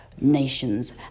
nations